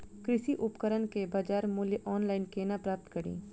कृषि उपकरण केँ बजार मूल्य ऑनलाइन केना प्राप्त कड़ी?